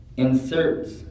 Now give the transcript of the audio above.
inserts